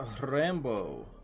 Rambo